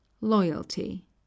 loyalty